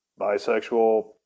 bisexual